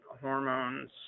hormones